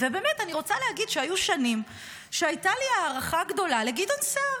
ובאמת אני רוצה להגיד שהיו שנים שהייתה לי הערכה גדולה לגדעון סער.